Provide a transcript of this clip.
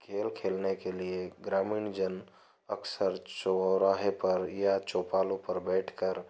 खेल खेलने के लिए ग्रामीण जन अक्सर चौराहे पर या चौपालों पर बैठकर